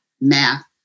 math